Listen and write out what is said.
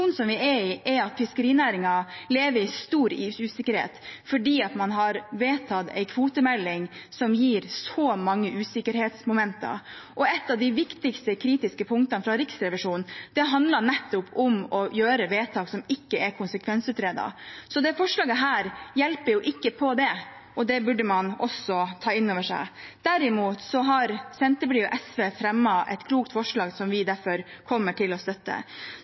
som vi er i. Den situasjonen vi er i, er at fiskerinæringen lever i stor usikkerhet fordi man har vedtatt en kvotemelding som gir så mange usikkerhetsmomenter. Et av de viktigste kritiske punktene fra Riksrevisjonen handler nettopp om å gjøre vedtak som ikke er konsekvensutredet. Dette forslaget hjelper ikke på det, og det burde man også ta inn over seg. Derimot har Senterpartiet og SV fremmet et klokt forslag som vi derfor kommer til å støtte.